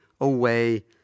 away